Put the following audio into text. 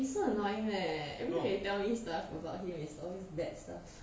is so annoying leh everyday you tell me stuff about him is always bad stuff